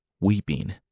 weeping